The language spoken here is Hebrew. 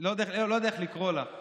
לא יודע איך לקרוא לה.